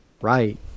right